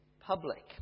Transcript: public